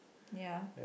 ya